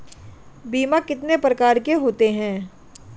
बीमा कितने प्रकार के होते हैं?